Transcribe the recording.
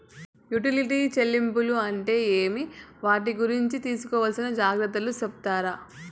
Utility చెల్లింపులు అంటే ఏమి? వాటి గురించి తీసుకోవాల్సిన జాగ్రత్తలు సెప్తారా?